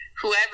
whoever